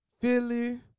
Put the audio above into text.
Philly